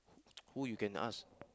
who you can ask